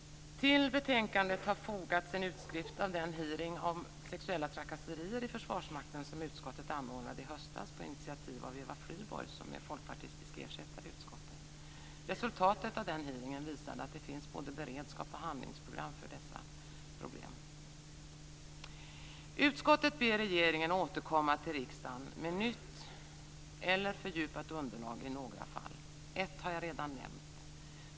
Till betänkandet har fogats en utskrift av den hearing om sexuella trakasserier i Försvarsmakten som utskottet anordnade i höstas på initiativ av Eva Flyborg, som är folkpartistisk ersättare i utskottet. Resultatet av den hearingen visar att det finns både beredskap och handlingsprogram för dessa problem. Utskottet ber regeringen återkomma till riksdagen med nytt eller fördjupat underlag i några fall. Ett har jag redan nämnt.